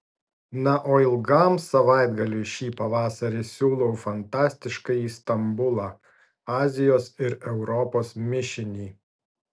na o ilgam savaitgaliui šį pavasarį siūlau fantastiškąjį stambulą azijos ir europos mišinį